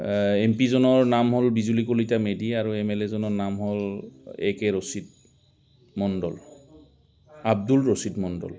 M P জনৰ নাম হ'ল বিজুলী কলিতা মেধি আৰু এম এল এ জনৰ নাম হ'ল A K Rashid Mondal Abdul Rashid Mandal